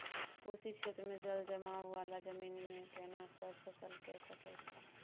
कोशी क्षेत्र मे जलजमाव वाला जमीन मे केना सब फसल के सकय छी?